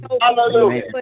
Hallelujah